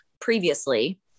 previously